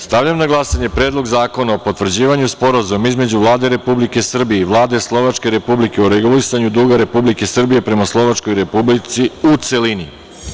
Stavljam na glasanje Predlog zakona o potvrđivanju Sporazuma između Vlade Republike Srbije i Vlade Slovačke Republike o regulisanju duga Republike Srbije prema Slovačkoj Republici, u celini.